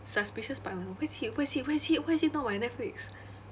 suspicious partner where is it where is it where is it why is it not on my netflix